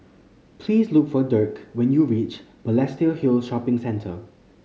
please look for Dirk when you reach Balestier Hill Shopping Centre